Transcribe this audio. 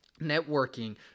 networking